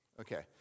Okay